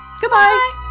Goodbye